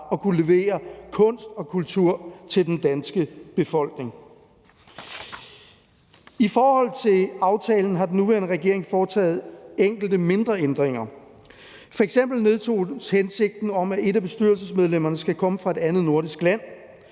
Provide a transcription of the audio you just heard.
at kunne levere kunst og kultur til den danske befolkning. I forhold til aftalen har den nuværende regering foretaget enkelte mindre ændringer. F.eks. nedtones hensigten om, at et af bestyrelsesmedlemmerne skal komme fra et andet nordisk land.